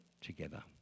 together